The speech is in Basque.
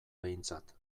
behintzat